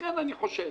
לכן, אני חושב